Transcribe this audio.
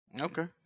okay